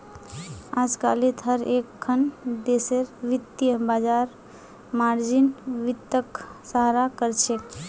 अजकालित हर एकखन देशेर वित्तीय बाजार मार्जिन वित्तक सराहा कर छेक